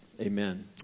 Amen